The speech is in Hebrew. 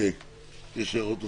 האם יש הערות נוספות?